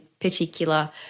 particular